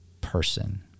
person